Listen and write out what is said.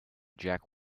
jack